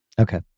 Okay